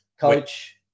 coach